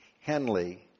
Henley